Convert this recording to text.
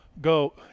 go